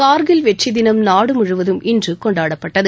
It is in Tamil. கார்கில் வெற்றி தினம் நாடு முழுவதும் இன்று கொண்டாடப்பட்டது